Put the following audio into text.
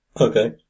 Okay